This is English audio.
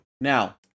Now